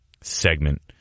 segment